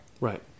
Right